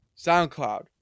SoundCloud